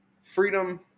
freedom